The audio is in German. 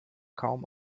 kaum